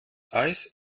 eis